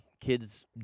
Kids